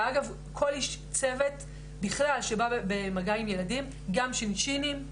כל מורים ואגב כל איש צוות בכלל שבא במגע עם ילדים גם שינשינים,